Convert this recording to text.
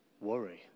worry